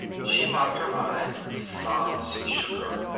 she mopped her eyes. sobs shook her.